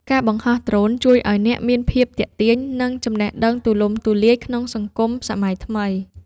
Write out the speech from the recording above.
ការបង្ហោះដ្រូនជួយឱ្យអ្នកមានភាពទាក់ទាញ និងចំណេះដឹងទូលំទូលាយក្នុងសង្គមសម័យថ្មី។